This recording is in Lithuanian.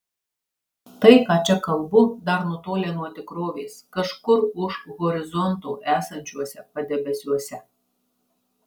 tai ką čia kalbu dar nutolę nuo tikrovės kažkur už horizonto esančiuose padebesiuose